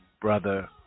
brother